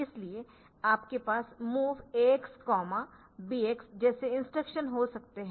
इसलिए आपके पास MOV AX BX जैसे इंस्ट्रक्शन हो सकते है